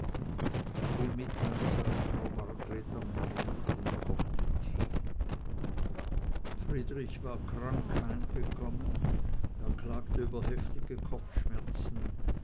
um mittag saß frau margreth am herd und kochte tee friedrich war krank heimgekommen er klagte über heftige kopfschmerzen